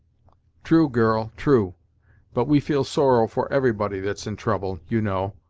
true, girl, true but we feel sorrow for everybody that's in trouble, you know,